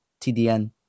TDN